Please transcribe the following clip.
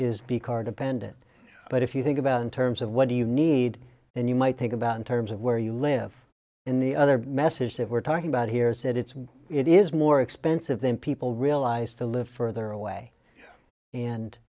is be car dependent but if you think about in terms of what do you need and you might think about in terms of where you live in the other message that we're talking about here said it's it is more expensive than people realize to live further away and